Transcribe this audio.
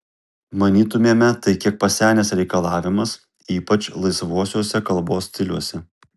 manytumėme tai kiek pasenęs reikalavimas ypač laisvuosiuose kalbos stiliuose